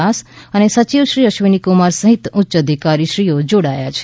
દાસ અને સચિવ શ્રી અશ્વિની કુમાર સહિત ઉચ્ય અધિકારીશ્રીઓ જોડાયા છે